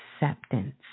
acceptance